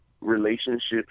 relationships